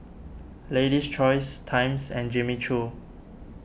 Lady's Choice Times and Jimmy Choo